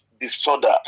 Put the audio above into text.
disorder